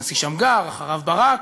הנשיא שמגר, אחריו ברק,